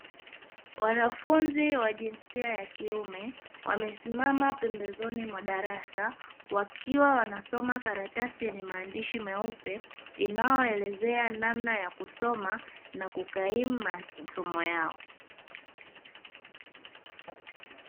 Wanafunzi wa jinsia ya kiume wamesimama pembezoni mwa darasa wakiwa wanasoma karatasi yenye maandishi meupe, inayoelezea namna ya kusoma na kukaimu masomo yao.